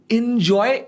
enjoy